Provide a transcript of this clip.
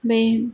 बे